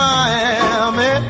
Miami